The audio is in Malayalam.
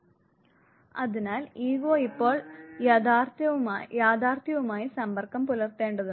അതിനാൽ ഈഗോ ഇപ്പോൾ യാഥാർത്ഥ്യവുമായി സമ്പർക്കം പുലർത്തേണ്ടതുണ്ട്